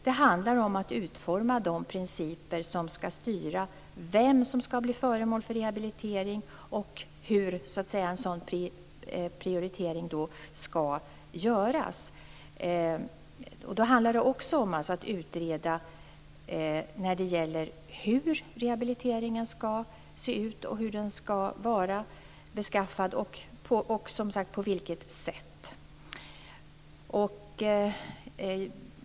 Det handlar om att utforma de principer som skall styra vem som skall bli föremål för rehabilitering och hur en sådan prioritering skall göras. Då handlar det om att utreda hur rehabiliteringen skall se ut och hur den skall vara beskaffad samt på vilket sätt.